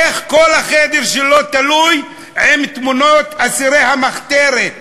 איך בכל החדר שלו תלויות תמונות אסירי המחתרת.